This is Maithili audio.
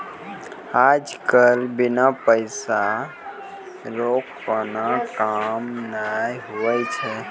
आज कल बिना पैसा रो कोनो काम नै हुवै छै